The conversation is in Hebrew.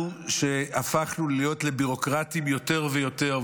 אנחנו הפכנו להיות ביורוקרטים יותר ויותר,